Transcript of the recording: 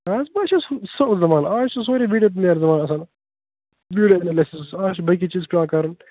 آز مَہ چھُ سُہ زَمان آز چھُ سورٕے ویٖڈیو آز چھِ باقٕے چیٖزَپیٚوان کرٕنۍ